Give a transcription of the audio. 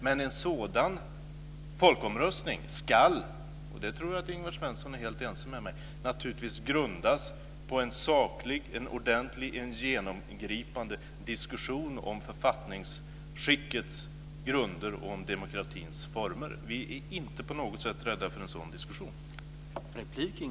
Men en sådan folkomröstning ska - jag tror att Ingvar Svensson är helt ense med mig om det - naturligtvis grundas på en saklig, ordentlig och genomgripande diskussion om författningsskickets grunder och om demokratins former. Vi är inte på något sätt rädda för en sådan diskussion.